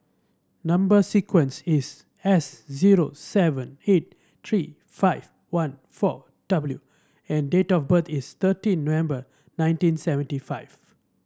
number sequence is S zero seven eight three five one four W and date of birth is thirteen November nineteen seventy five